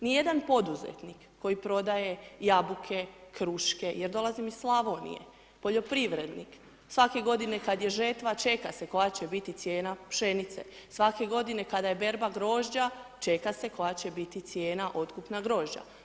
Nijedan poduzetnik koji prodaje jabuke, kruške, ja dolazim iz Slavonije, poljoprivrednik, svake godine kad je žetva, čeka se koja će biti cijena pšenice, svake godine kada je berba grožđa, čeka se koja će biti cijena otkupna grožđa.